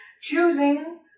choosing